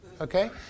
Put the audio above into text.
okay